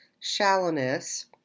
shallowness